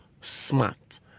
smart